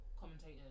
commentators